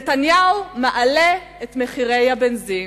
נתניהו מעלה את מחירי הבנזין.